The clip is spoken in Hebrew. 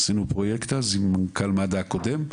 עשינו פרויקט אז עם מנכ"ל מד"א הקודם,